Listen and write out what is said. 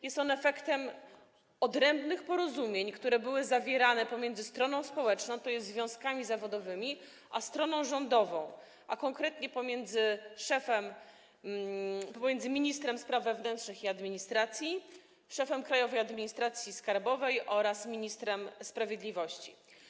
Jest on efektem odrębnych porozumień, które były zawierane pomiędzy stroną społeczną, czyli związkami zawodowymi, a stroną rządową - konkretnie ministrem spraw wewnętrznych i administracji, szefem Krajowej Administracji Skarbowej oraz ministrem sprawiedliwości.